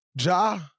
Ja